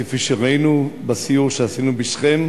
כפי שראינו בסיור שעשינו בשכם,